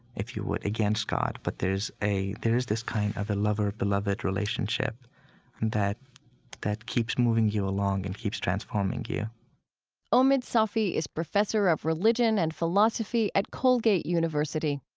if you would, against god. but there's there's this kind of a lover beloved relationship that that keeps moving you along and keeps transforming you omid safi is professor of religion and philosophy at colgate university